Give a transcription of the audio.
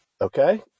Okay